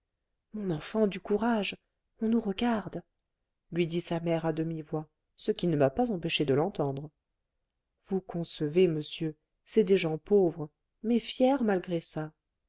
mon enfant du courage on nous regarde lui dit sa mère à demi-voix ce qui ne m'a pas empêchée de l'entendre vous concevez monsieur c'est des gens pauvres mais fiers malgré ça